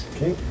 Okay